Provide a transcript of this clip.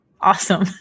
Awesome